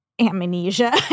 Amnesia